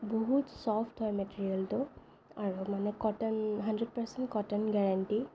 বহুত চফ্ট হয় মেটেৰিয়েলটো আৰু মানে cotton hundred percent cotton guarantee